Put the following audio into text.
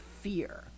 fear